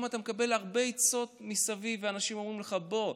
אתה מקבל הרבה עצות מסביב ואנשים אומרים לך: בוא,